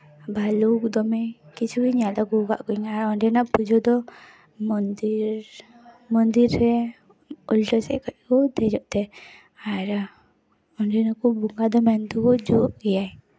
ᱵᱷᱟᱹᱞᱩᱠ ᱫᱚᱢᱮ ᱠᱤᱪᱷᱩ ᱜᱮ ᱧᱮᱞ ᱟᱹᱜᱩ ᱠᱟᱜ ᱠᱚᱣᱟᱧ ᱟᱨ ᱚᱸᱰᱮᱱᱟᱜ ᱯᱩᱡᱟᱹ ᱫᱚ ᱢᱚᱱᱫᱤᱨ ᱢᱚᱱᱫᱤᱨ ᱨᱮ ᱩᱞᱴᱟᱹ ᱥᱮᱫ ᱠᱷᱚᱡ ᱠᱚ ᱫᱮᱡᱚᱜ ᱛᱮ ᱟᱨ ᱚᱸᱰᱮᱱ ᱠᱚ ᱵᱚᱸᱜᱟ ᱫᱚ ᱢᱮᱱ ᱫᱟᱠᱚ ᱡᱮᱣᱭᱮᱛ ᱜᱮᱭᱟᱭ